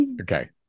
Okay